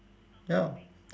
ya